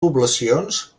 poblacions